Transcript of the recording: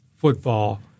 football